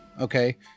okay